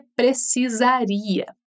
precisaria